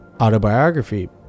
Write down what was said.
autobiography